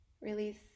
release